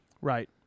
Right